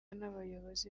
n’abayobozi